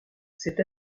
cet